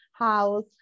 house